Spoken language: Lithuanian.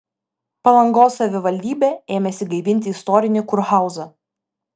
palangos savivaldybė ėmėsi gaivinti istorinį kurhauzą